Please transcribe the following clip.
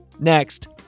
Next